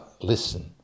listen